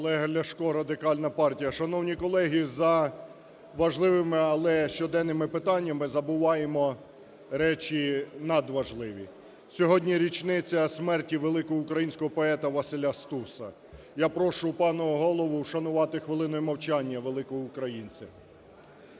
Олег Ляшко, Радикальна партія. Шановні колеги, за важливими але щоденними питаннями забуваємо речі надважливі. Сьогодні річниця смерті великого українського поета Василя Стуса. Я прошу пана Голову вшанувати хвилиною мовчання великого українця.